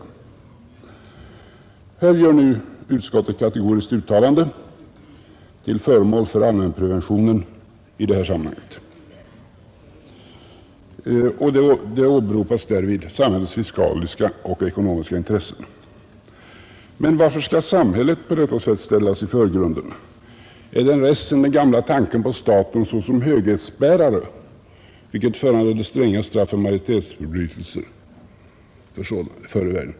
I detta sammanhang gör nu utskottet ett kategoriskt uttalande till förmån för allmänpreventionen. Därvid åberopas samhällets fiskaliska och ekonomiska intressen. Men varför skall samhället på detta sätt ställas i förgrunden? Är det en rest från den gamla tanken på staten såsom höghetsbärare, vilket förr i världen föranledde stränga straff för majestätsbrott?